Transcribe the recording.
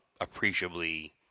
appreciably